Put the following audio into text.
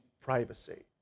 privacy